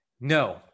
No